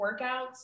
workouts